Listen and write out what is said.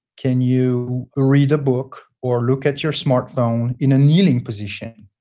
can you read a book or look at your smart phone in a kneeling position?